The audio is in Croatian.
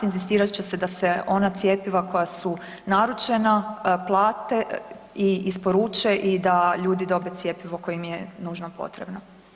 Inzistirat će se da se ona cjepiva koja su naručena plate i isporuče i da ljudi dobe cjepivo koje im je nužno potrebno.